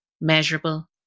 measurable